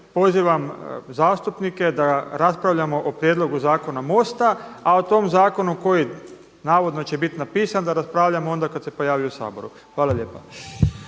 pozivam zastupnike da raspravljamo o prijedlogu zakona MOST-a, a o tom zakonu koji navodno će biti napisan, da raspravljamo onda kada se pojavi u Saboru. Hvala lijepa.